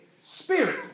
Spirit